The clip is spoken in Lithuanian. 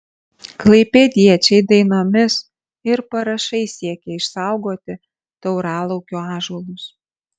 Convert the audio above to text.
klaipėdiečiai dainomis ir parašais siekia išsaugoti tauralaukio ąžuolus